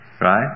Right